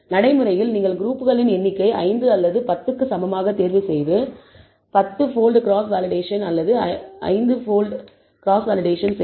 நடைமுறையில் நீங்கள் குரூப்களின் எண்ணிக்கை 5 அல்லது 10 க்கு சமமாக தேர்வு செய்து 10 போல்ட் கிராஸ் வேலிடேஷன் அல்லது 5 போல்ட் கிராஸ் வேலிடேஷன் செய்யலாம்